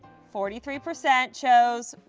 forty three percent chose